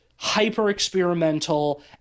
Hyper-experimental